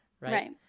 Right